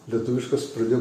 lietuviškas pradėjo